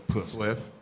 Swift